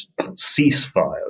ceasefires